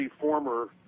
former